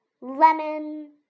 lemon